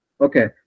okay